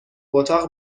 اتاق